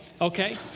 okay